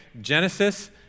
Genesis